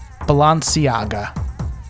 Balenciaga